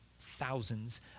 thousands